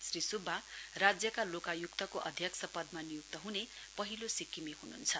श्री सुब्बा राज्यका लोकयुक्तको अध्यक्ष पदमा नियुक्त हुने पहिलो सिक्किमे हुनुहुन्छ